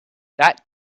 that